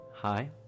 Hi